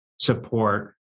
support